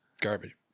garbage